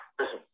Listen